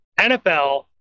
nfl